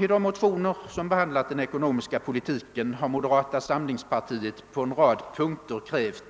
I de motioner som behandlat den ekonomiska politiken har moderata samlingspartiet på en rad punkter krävt